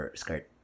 skirt